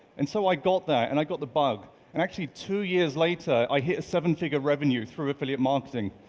and so i got there and i got the bug and actually, two years later i hit a seven figure revenue through affiliate marketing,